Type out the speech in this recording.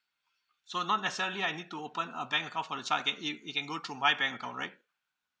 so not necessarily I need to open a bank account for the child again it it can go through my bank account right